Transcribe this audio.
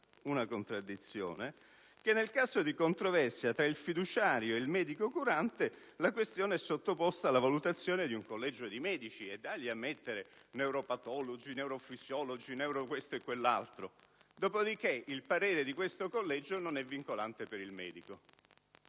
una contraddizione) che nel caso di controversia tra il fiduciario e il medico curante, la questione è sottoposta alla valutazione di un collegio di medici: e dagli a mettere neuropatologi, neurofisiologi, neuro questo e quell'altro. Dopodiché, il parere di questo collegio non è vincolante per il medico.